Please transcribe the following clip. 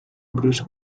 bruce